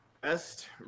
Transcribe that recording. Best